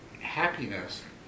happiness